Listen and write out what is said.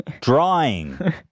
Drawing